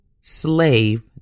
slave